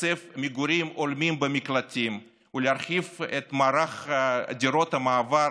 לתקצב מגורים הולמים במקלטים ולהרחיב את מערך דירות המעבר